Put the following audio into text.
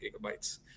gigabytes